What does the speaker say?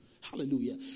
Hallelujah